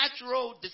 natural